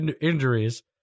injuries